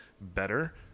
better